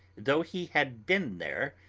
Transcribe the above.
though he had been there,